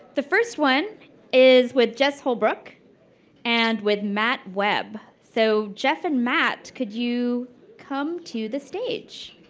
the first one is with jess holbrook and with matt webb. so jess and matt, could you come to the stage?